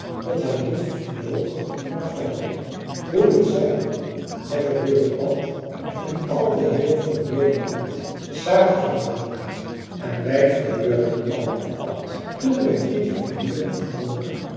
dat hij niet vloog maar fladderde hoe dit zij hij verbeurde pand en al de heeren verbeurden pand en saartje verbeurde pand en wij verbeurden allemaal pand toen werd grietje van buren verkoren